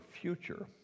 future